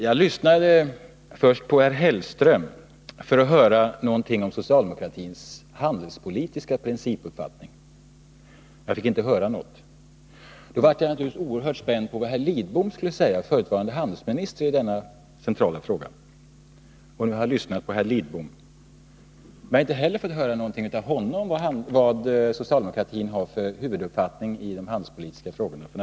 Jag lyssnade först på herr Hellström för att få höra någonting om socialdemokratins principuppfattning när det gäller de handelspolitiska frågorna. Men jag fick inte höra något om den. Då blev jag naturligtvis spänd på vad herr Lidbom, såsom förutvarande handelsminister, skulle säga i denna centrala fråga. Nu har jag lyssnat på herr Lidbom, men inte heller av honom har jag fått höra något om socialdemokratins huvudlinje i de handelspolitiska frågorna f. n.